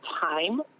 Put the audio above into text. time